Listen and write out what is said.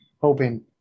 hoping